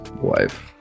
wife